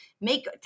make